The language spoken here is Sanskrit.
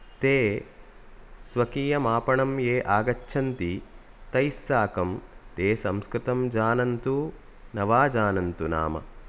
ते स्वकीयम् आपणं ये आगच्छन्ति तैः साकं ते संस्कृतं जानन्तु न वा जानन्तु नाम